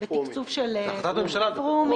בתקצוב של --- פרומין.